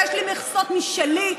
יש לי מכסות משלי.